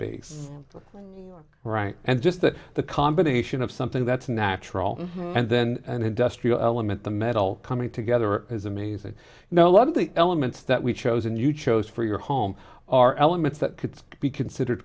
bass right and just that the combination of something that's natural and then an industrial element the metal coming together is amazing you know a lot of the elements that we chose and you chose for your home are elements that could be considered